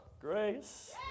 Grace